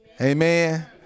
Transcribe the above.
Amen